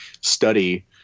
study